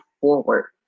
forward